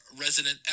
resident